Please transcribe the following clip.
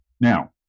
Now